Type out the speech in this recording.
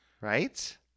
Right